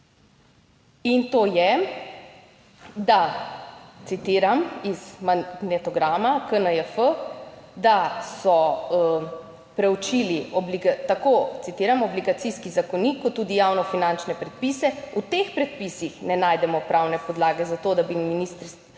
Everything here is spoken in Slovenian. In to je, da citiram iz magnetograma KNJF, da so preučili tako, citiram: "obligacijski zakonik kot tudi javno finančne predpise. V teh predpisih ne najdemo pravne podlage za to, da bi ministrstvo